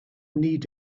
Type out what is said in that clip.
need